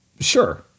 Sure